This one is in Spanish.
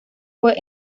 fue